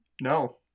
no